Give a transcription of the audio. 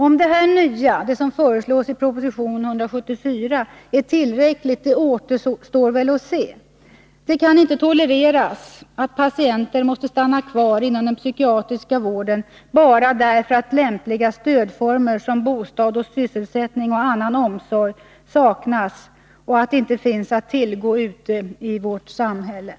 Om detta nya — det som föreslås i propositionen — är tillräckligt återstår att se. Det kan inte tolereras att patienter måste stanna kvar inom den psykiatriska vården bara därför att lämpliga stödformer som bostad, sysselsättning och annan omsorg saknas och inte finns att tillgå ute i vårt samhälle.